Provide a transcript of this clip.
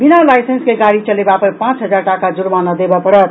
बिना लाईसेंस के गाड़ी चलेबा पर पांच हजार टाका जुर्माना देबऽ पड़त